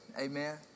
Amen